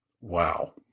Wow